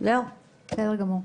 בסדר גמור.